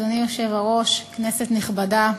אדוני היושב-ראש, כנסת נכבדה,